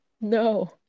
No